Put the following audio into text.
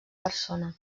persona